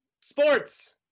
Sports